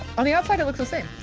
on the outside it looks the same.